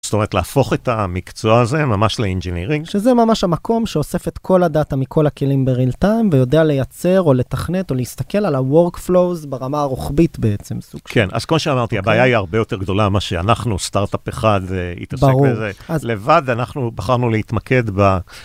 זאת אומרת להפוך את המקצוע הזה ממש ל engineering שזה ממש המקום שאוסף את כל הדאטה מכל הכלים בreal time ויודע לייצר או לתכנת או להסתכל על ה-workflows ברמה הרוחבית בעצם סוג של. כן, אז כמו שאמרתי, הבעיה היא הרבה יותר גדולה ממה שאנחנו, סטארט-אפ אחד, יתעסק בזה, לבד אנחנו בחרנו להתמקד ב...